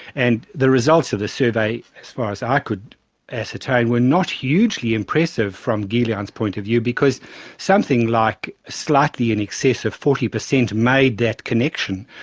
and the results of the survey, as far as i could ascertain, were not hugely impressive from guylian's point of view, because something like slightly in excess of forty percent made that connection,